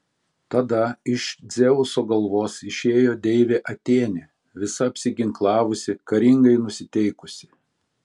tada iš dzeuso galvos išėjo deivė atėnė visa apsiginklavusi karingai nusiteikusi